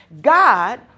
God